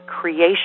creation